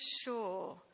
sure